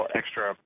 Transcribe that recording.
extra